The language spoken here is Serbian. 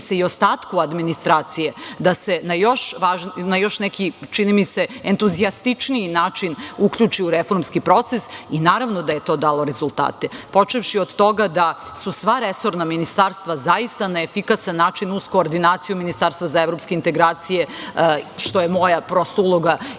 se, i ostatku administracije da se na još neki, čini mi se, entuzijastičniji način uključi u reformski proces. Naravno, da je to dalo rezultate, počevši od toga da su sva resorna ministarstva zaista na efikasan način, uz koordinaciju Ministarstva za evropske integracije, što je moja prosto uloga